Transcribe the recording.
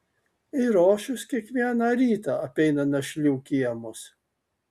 eirošius kiekvieną rytą apeina našlių kiemus